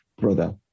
brother